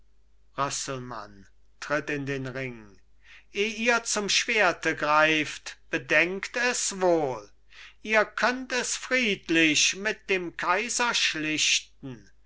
eh ihr zum schwerte greift bedenkt es wohl ihr könnt es friedlich mit dem kaiser schlichten